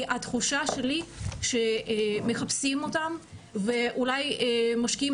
כי התחושה שלי שמחפשים אותם ואולי משקיעים